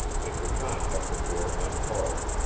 and would not have the door unbarred,